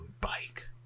bike